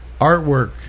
artwork